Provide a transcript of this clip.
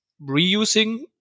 reusing